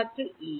ছাত্র ই1